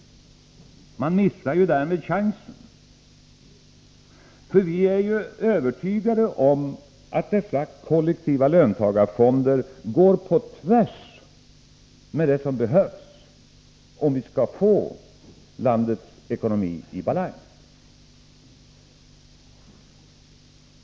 Man missar ju därmed chansen. Vi är övertygade om att dessa kollektiva löntagarfonder är tvärtemot vad som behövs, om vi skall få landets ekonomi i balans.